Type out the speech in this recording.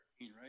right